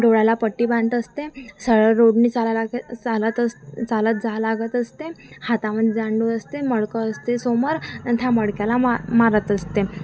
डोळ्याला पट्टी बांधत असते सरळ रोडने चालायला लागतं चालत असं चालत जा लागत असते हातामध्ये दांडू असते मडकं असते समोर न त्या मडक्याला मा मारत असते